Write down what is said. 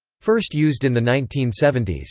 first used in the nineteen seventy s.